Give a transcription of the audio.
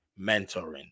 mentoring